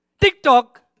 TikTok